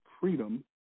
Freedom